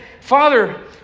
Father